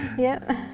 yep,